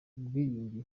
ubwiyunge